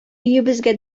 өебезгә